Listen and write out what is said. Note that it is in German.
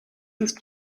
ist